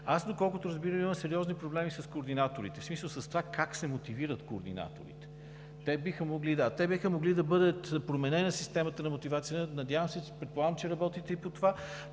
Доколкото разбирам, има сериозни проблеми с координаторите, в смисъл с това как се мотивират координаторите. Те биха могли да променят системата на мотивация. Надявам се, предполагам, че работите и по това,